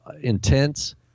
intense